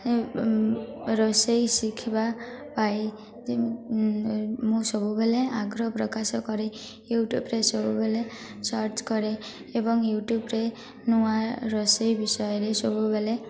ରୋଷେଇ ଶିଖିବା ପାଇଁ ମୁଁ ସବୁବେଳେ ଆଗ୍ରହ ପ୍ରକାଶ କରେ ୟୁଟ୍ୟୁବ୍ରେ ସବୁବେଲେ ସର୍ଚ୍ଚ କରେ ଏବଂ ୟୁଟ୍ୟୁବ୍ରେ ନୂଆ ରୋଷେଇ ବିଷୟରେ ସବୁବେଳେ